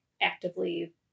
actively